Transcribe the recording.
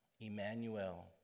Emmanuel